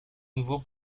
nouveau